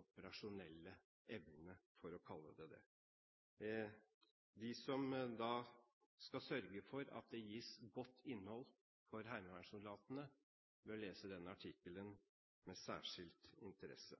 operasjonelle evne, for å kalle det det. De som skal sørge for at det gis godt innhold for heimevernssoldatene, bør lese den artikkelen med særskilt interesse.